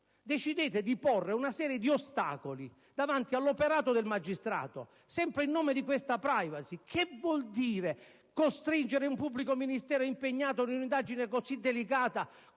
Decidete di porre una serie di ostacoli davanti all'operato del magistrato, sempre in nome di questa *privacy*. Che vuol dire costringere un pubblico ministero impegnato in un'indagine delicata